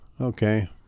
Okay